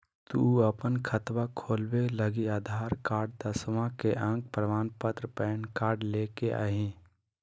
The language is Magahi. तू अपन खतवा खोलवे लागी आधार कार्ड, दसवां के अक प्रमाण पत्र, पैन कार्ड ले के अइह